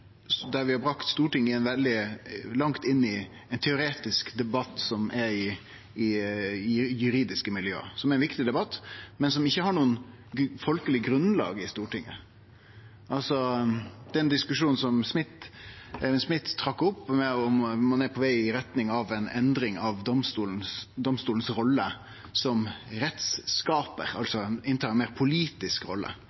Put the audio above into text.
i juridiske miljø – som er ein viktig debatt, men som ikkje har noko folkeleg grunnlag i Stortinget. Det er den diskusjonen som Eivind Smith trakk opp: om ein er på veg i retning av ei endring av rolla til domstolen som